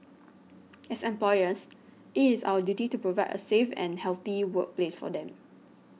as employers it is our duty to provide a safe and healthy workplace for them